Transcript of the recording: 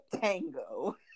Tango